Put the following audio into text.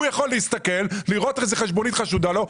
הוא יכול להסתכל ולראות איזה חשבונית חשודה לו,